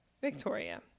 Victoria